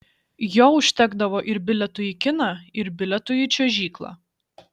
jo užtekdavo ir bilietui į kiną ir bilietui į čiuožyklą